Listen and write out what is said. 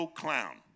clown